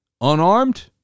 Unarmed